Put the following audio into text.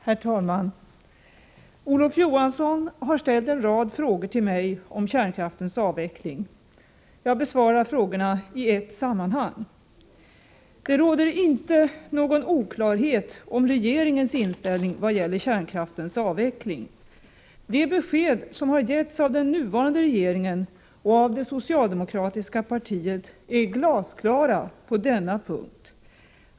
Herr talman! Olof Johansson har ställt en rad frågor till mig om kärnkraftens avveckling. Jag besvarar frågorna i ett sammanhang. Det råder inte någon oklarhet om regeringens inställning vad gäller kärnkraftens avveckling. De besked som har getts av den nuvarande regeringen och av det socialdemokratiska partiet är glasklara på denna punkt.